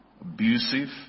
abusive